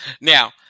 Now